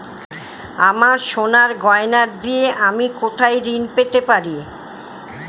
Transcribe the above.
আমার সোনার গয়নার দিয়ে আমি কোথায় ঋণ পেতে পারি?